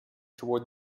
toward